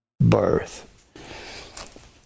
birth